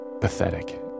pathetic